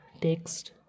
text